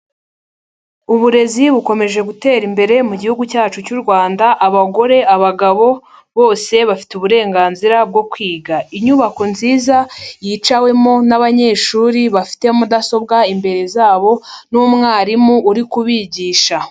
Uburezi bukomeje gutera imbere mu gihugu cyacu cy'u Rwanda, abagore, abagabo bose bafite uburenganzira bwo kwiga. Inyubako nziza yicawemo n'abanyeshuri bafite mudasobwa imbere zabo n'umwarimu uri kubigisha.